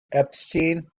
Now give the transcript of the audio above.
epstein